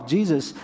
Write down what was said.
Jesus